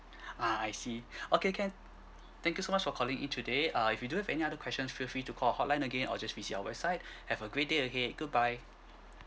ah I see okay can thank you so much for calling in today uh if you do have any other questions feel free to call out hotline again or just visit our website have a great day ahead goodbye